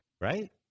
right